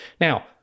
Now